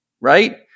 Right